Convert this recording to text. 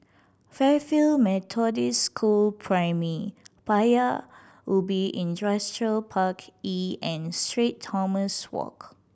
Fairfield Methodist School Primary Paya Ubi Industrial Park E and Street Thomas Walk